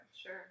Sure